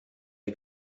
der